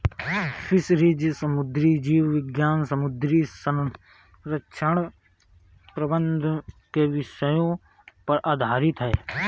fisheries समुद्री जीव विज्ञान समुद्री संरक्षण प्रबंधन के विषयों पर आधारित है